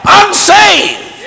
unsaved